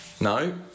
no